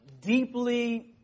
deeply